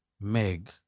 meg